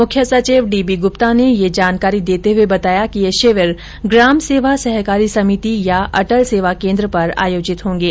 मुख्य सचिव D B Gupta ने यह जानकारी देते हुए बताया कि ये शिविर ग्राम सेवा सहकारी समिति या अटल सेवा केन्द्र पर आयोजित होंगे